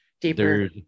Deeper